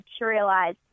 materialize